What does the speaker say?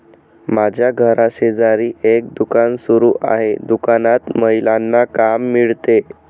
माझ्या घराशेजारी एक दुकान सुरू आहे दुकानात महिलांना काम मिळते